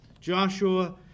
Joshua